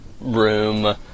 room